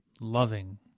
loving